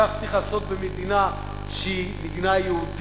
כך צריך לעשות במדינה שהיא מדינה יהודית,